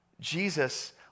Jesus